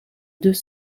deux